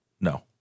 No